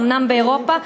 אומנם באירופה,